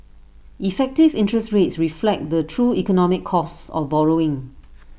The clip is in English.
effective interest rates reflect the true economic cost of borrowing